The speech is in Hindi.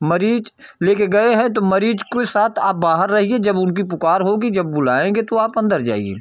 मरीज़ लेकर गए हैं तो मरीज़ के साथ आप बाहर रहिए जब उनकी पुकार होगी जब बुलाएँगे तो आप अंदर जाइए